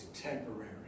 temporary